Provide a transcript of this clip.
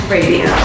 Radio